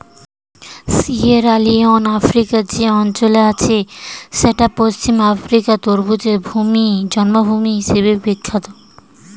Sierra Leone আফ্রিকার যে অঞ্চলে আছে সেইটা পশ্চিম আফ্রিকার তরমুজের জন্মভূমি হিসাবে বিখ্যাত